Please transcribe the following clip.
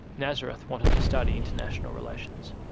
nazareth wanted to study international relations.